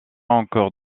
encore